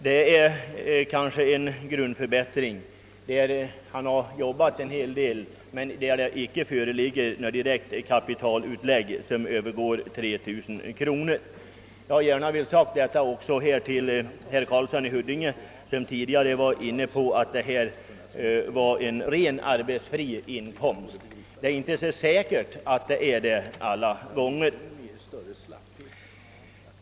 Det kan exempelvis gälla en grundförstärkning, som han har lagt ned mycket eget arbete på, men det finns inte något direkt kapitalutlägg som överstiger 3 000 kronor. Jag har gärna velat säga detta också till herr Karlsson i Huddinge, som ansåg att det var fråga om en arbetsfri inkomst. Det är inte säkert att det alla gånger förhåller sig så.